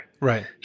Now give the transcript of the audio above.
Right